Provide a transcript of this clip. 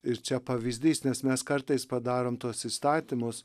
ir čia pavyzdys nes mes kartais padarom tuos įstatymus